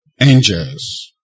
angels